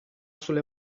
sulle